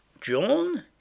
John